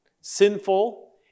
Sinful